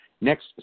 next